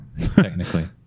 technically